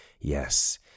Yes